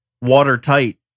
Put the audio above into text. watertight